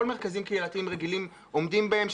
מרכזים קהילתיים רגילים עומדים בהם?